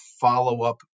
follow-up